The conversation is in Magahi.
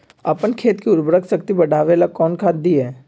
अपन खेत के उर्वरक शक्ति बढावेला कौन खाद दीये?